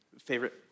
favorite